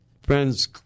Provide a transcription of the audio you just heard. friend's